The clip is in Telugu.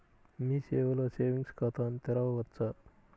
మీ సేవలో సేవింగ్స్ ఖాతాను తెరవవచ్చా?